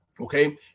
okay